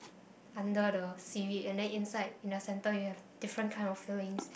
under the seaweed and then inside in the center you have different kind of fillings